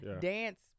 dance